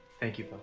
thank you papa.